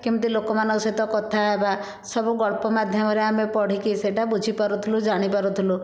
କେମିତି ଲୋକମାନଙ୍କ ସହିତ କଥା ହେବା ସବୁ ଗଳ୍ପ ମାଧ୍ୟମରେ ଆମେ ପଢ଼ିକି ସେଟା ବୁଝି ପାରୁଥିଲୁ ଜାଣି ପାରୁଥିଲୁ